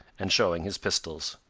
and showing his pistols.